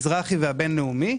לאומי, דיסקונט, מזרחי והבינלאומי.